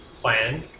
plan